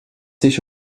sich